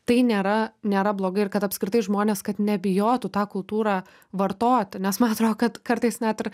tai nėra nėra blogai ir kad apskritai žmonės kad nebijotų tą kultūrą vartoti nes man atrodo kad kartais net ir